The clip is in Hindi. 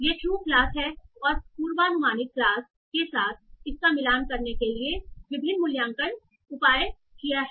यह टरु क्लास है और पूर्वानुमानित क्लास के साथ इसका का मिलान करने के लिए विभिन्न मूल्यांकन उपाय क्या हैं